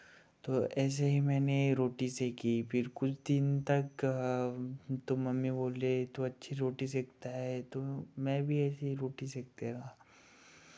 तो ऐसे ही मैंने रोटी सेकी फिर कुछ दिन तक तो मम्मी बोली तू अच्छी रोटी सेकता है तो मैं भी ऐसे ही रोटी सेकते रहा